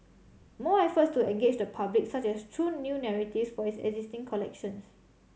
more efforts to engage the public such as through new narratives for its existing collections